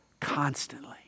constantly